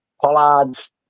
Pollard's